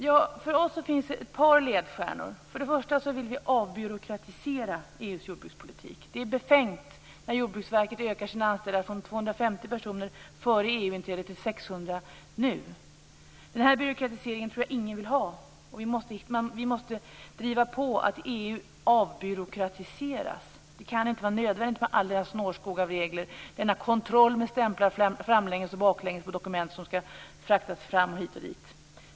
Ja, för oss finns det ett par ledstjärnor. Först och främst vill vi avbyråkratisera EU:s jordbrukspolitik. Det är befängt när Jordbruksverket ökar antalet anställda från 250 före EU inträdet till 600 i dag. Den byråkratiseringen vill ingen ha, och vi måste driva på så att EU avbyråkratiseras. Det kan inte vara nödvändigt med denna snårskog av regler, denna kontroll med stämplar framlänges och baklänges på dokument som skall fraktas hit och dit.